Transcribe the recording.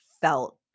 felt